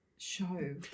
show